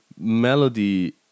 melody